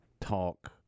talk